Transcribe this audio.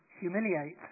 humiliate